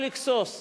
או לגסוס לאט,